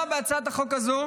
בהצעת החוק הזאת